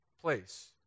place